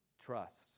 Trust